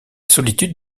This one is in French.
solitude